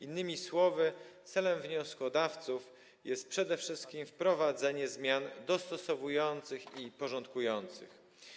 Innymi słowy, celem wnioskodawców jest przede wszystkim wprowadzenie zmian dostosowujących i porządkujących.